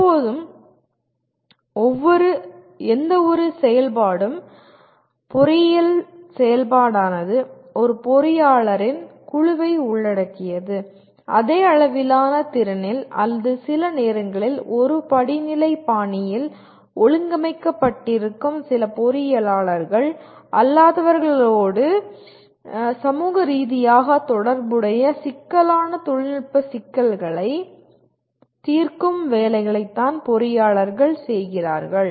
எப்போதுமே எந்தவொரு செயல்பாடும் பொறியியல் செயல்பாடானது ஒரு பொறியாளர்களின் குழுவை உள்ளடக்கியது அதே அளவிலான திறனில் அல்லது சில நேரங்களில் ஒரு படிநிலை பாணியில் ஒழுங்கமைக்கப்பட்டிருக்கும் சில பொறியியலாளர்கள் அல்லாதவர்களுடன் சமூக ரீதியாக தொடர்புடைய சிக்கலான தொழில்நுட்ப சிக்கல்களை தீர்க்கும் வேலைகளைத்தான் பொறியாளர்கள் செய்கிறார்கள்